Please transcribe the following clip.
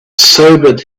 sobered